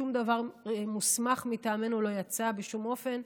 שום דבר מוסמך מטעמנו לא יצא בשום אופן.